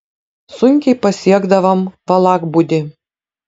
sunkiai pasiekdavom valakbūdį